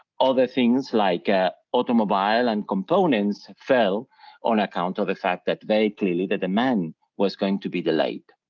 other things like ah automobile and components fell on account of the fact that very clearly that demand was going to be delayed.